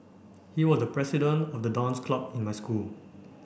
he was the president of the dance club in my school